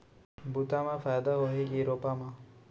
बुता म फायदा होही की रोपा म?